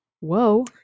Whoa